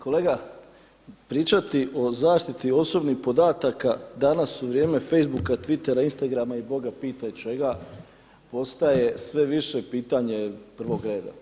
Kolega, pričati o zaštiti osobnih podataka danas u vrijeme facebuka, twitera, instagrama i Boga pitaj čega, postaje sve više pitanje prvog reda.